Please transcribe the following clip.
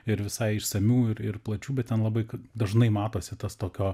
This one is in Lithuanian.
ir visai išsamių ir ir plačių bet ten labai dažnai matosi tas tokio